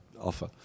offer